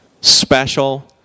special